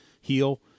heal